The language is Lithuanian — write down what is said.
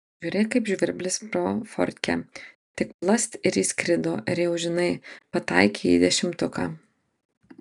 žiūrėk kaip žvirblis pro fortkę tik plast ir įskrido ir jau žinai pataikei į dešimtuką